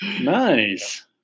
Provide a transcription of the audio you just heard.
nice